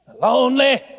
Lonely